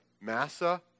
Massa